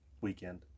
weekend